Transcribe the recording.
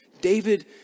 David